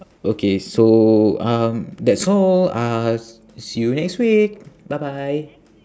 okay so um that's all uh see you next week bye bye